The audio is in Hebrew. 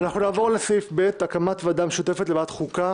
אנחנו נעבור לסעיף ב': הקמת הוועדה המשותפת לוועדת החוקה,